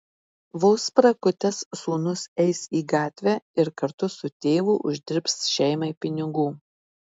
vos prakutęs sūnus eis į gatvę ir kartu su tėvu uždirbs šeimai pinigų